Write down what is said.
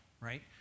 right